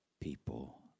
People